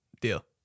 Deal